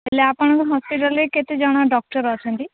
ହେଲେ ଆପଣଙ୍କ ହସ୍ପିଟାଲ୍ରେ କେତେଜଣ ଡକ୍ଟର୍ ଅଛନ୍ତି